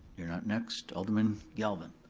you're not next, alderman galvin.